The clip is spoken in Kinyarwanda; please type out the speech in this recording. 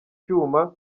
cyuma